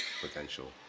potential